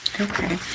Okay